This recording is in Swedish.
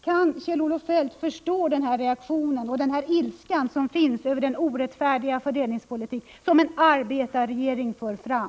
Kan Kjell-Olof Feldt förstå den här reaktionen och ilskan som finns över den orättfärdiga fördelningspolitik som en arbetarregering för fram?